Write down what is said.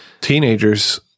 teenagers